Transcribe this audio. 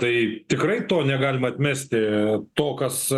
tai tikrai to negalima atmesti to kas